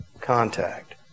contact